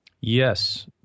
Yes